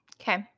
Okay